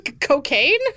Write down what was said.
Cocaine